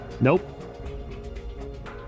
Nope